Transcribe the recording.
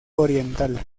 oriental